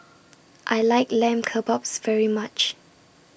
I like Lamb Kebabs very much